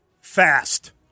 fast